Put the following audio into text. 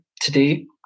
today